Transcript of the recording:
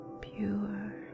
Pure